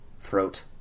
throat